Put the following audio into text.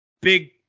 Big